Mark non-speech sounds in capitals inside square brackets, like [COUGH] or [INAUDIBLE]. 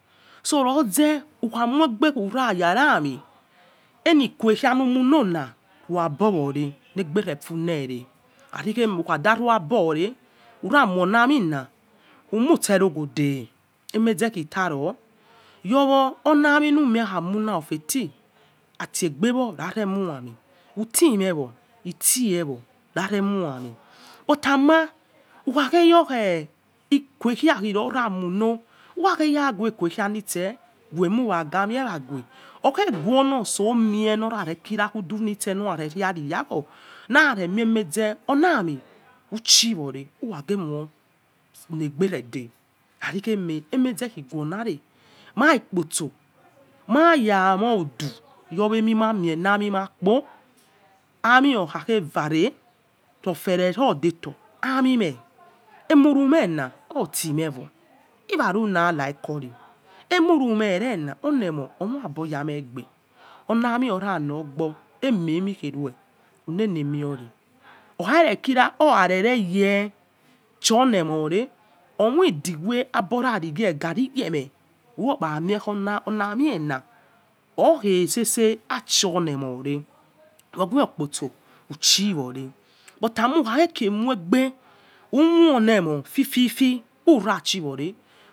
[UNINTELLIGIBLE] ukha khnegbe ura yaramin enikhykha hikhulona riabowo re nigbe refune reyi khair kheme ukha da ruagbo ora orakhua a' ami hai ukhuse oghodel emeize khitaro yowo olyriamin lumie kha khula of a thing a tregbe wo wa re khua a' amin uteeyewo utse wo harine khyamin but ama ukhaghheyo khe ekhu kha luwo ra khuolo ghue iko kha lise. ukha geaghue ikokhalise we ghu umu wa ga mie wa ghue, orghine ghou ologo mie luhudu sel hisokh alaran yakhor. Na remia iyeze ola' amin u ichi wane uwa ghe khyolegbede. Ehoize ighuo lane mia ikpo so maya mo udu yo eari ihaumie ha aiaminma kpo alymie khaghe vare ro fere ro deto a' amie emu rume na ortimewo iwa fiua like coin, emuru ihe erena orlemo omiebo ya miegbe. Ola' amie ora huogbo eme emigher ue ulele huea okhaghere kia, owa lere yedi ehuleyikiore eghe ghaia iyemeun ldro kpo hie ola akiin na oighe sese acholenioreh wewe okposo uchi ware ugha ghe ke khu fifi ura ehiviwo re